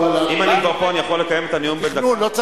אם אני כבר פה, אני יכול לקיים את הנאום בן דקה?